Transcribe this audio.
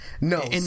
No